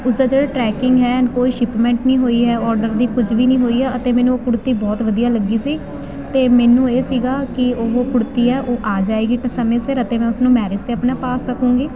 ਉਸਦਾ ਜਿਹੜਾ ਟਰੈਕਿੰਗ ਹੈ ਕੋਈ ਸ਼ਿਪਮੈਂਟ ਨਹੀਂ ਹੋਈ ਹੈ ਓਰਡਰ ਦੀ ਕੁਝ ਵੀ ਨਹੀਂ ਹੋਈ ਹੈ ਅਤੇ ਮੈਨੂੰ ਉਹ ਕੁੜਤੀ ਬਹੁਤ ਵਧੀਆ ਲੱਗੀ ਸੀ ਅਤੇ ਮੈਨੂੰ ਇਹ ਸੀਗਾ ਕਿ ਉਹ ਕੁੜਤੀ ਹੈ ਉਹ ਆ ਜਾਵੇਗੀ ਤਾਂ ਸਮੇਂ ਸਿਰ ਅਤੇ ਮੈਂ ਉਸਨੂੰ ਮੈਰਿਜ 'ਤੇ ਆਪਣਾ ਪਾ ਸਕੂੰਗੀ